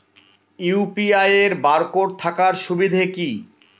UPI এর barcode থাকার সুবিধে কি?